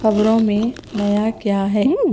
خبروں میں نیا کیا ہے